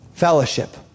fellowship